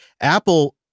Apple